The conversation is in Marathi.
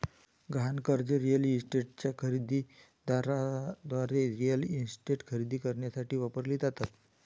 गहाण कर्जे रिअल इस्टेटच्या खरेदी दाराद्वारे रिअल इस्टेट खरेदी करण्यासाठी वापरली जातात